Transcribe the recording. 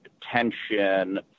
tension